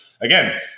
again